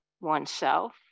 oneself